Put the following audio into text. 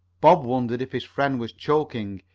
bob wondered if his friend was choking,